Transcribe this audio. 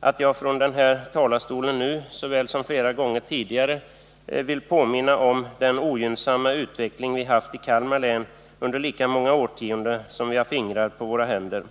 att jag från den här talarstolen, nu såväl som flera gånger tidigare, vill påminna om den ogynnsamma utveckling vi haft i Kalmar län under lika många årtionden som vi har fingrar på våra händer.